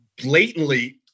blatantly